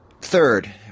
Third